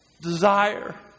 desire